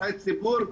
שטחי ציבור.